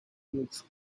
klux